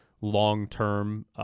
long-term